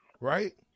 Right